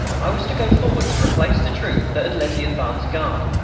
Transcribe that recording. i was to go forward to replace the troop that had led the advance guard.